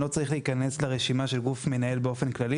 לא צריך להיכנס לרשימה של גוף מנהל באופן כללי,